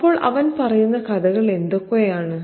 അപ്പോൾ അവൻ പറയുന്ന കഥകൾ എന്തൊക്കെയാണ്